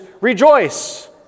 rejoice